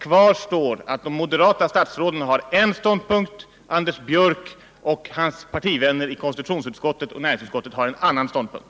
Kvar står att de moderata statsråden har en ståndpunkt, Anders Björck och hans partivänner i konstitutionsutskottet och näringsutskottet har en annan ståndpunkt.